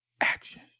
Action